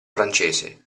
francese